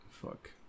fuck